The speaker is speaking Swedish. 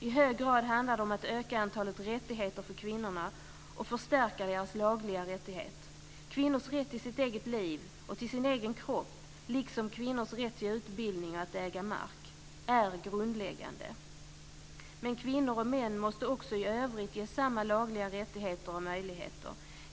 I hög grad handlar det om att öka antalet rättigheter och förstärka kvinnornas lagliga rättigheter. Kvinnors rätt till sitt eget liv och till sin egen kropp, liksom kvinnors rätt till utbildning och att äga mark, är grundläggande. Men kvinnor och män måste också i övrigt ges samma lagliga rättigheter och möjligheter.